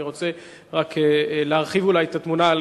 אני רוצה רק להרחיב אולי את התמונה,